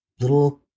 little